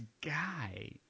guy